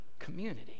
community